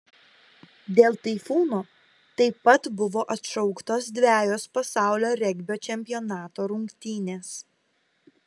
dėl taifūno taip pat buvo atšauktos dvejos pasaulio regbio čempionato rungtynės